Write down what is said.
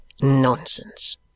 Nonsense